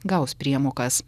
gaus priemokas